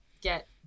get